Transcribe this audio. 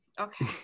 Okay